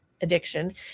addiction